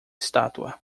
estátua